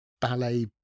ballet